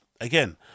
again